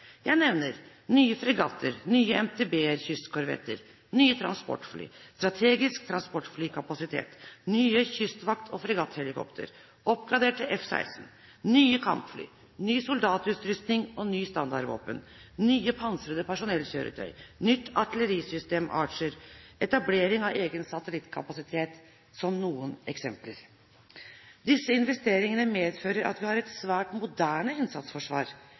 Jeg nevner nye fregatter, nye MTB-er/kystkorvetter, nye transportfly, strategisk transportflykapasitet, nye kystvakt- og fregatthelikoptre, oppgraderte F16, nye kampfly, ny soldatutrustning, nye standardvåpen, nye pansrede personellkjøretøy, nytt artillerisystem Archer og etablering av egen satellittkapasitet – som noen eksempler. Disse investeringene medfører at vi har et svært moderne innsatsforsvar.